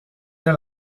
der